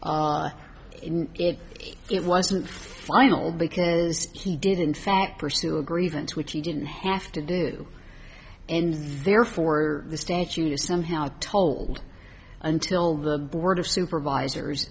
if it wasn't final because he did in fact pursue a grievance which he didn't have to do and therefore the statute you somehow told until the board of supervisors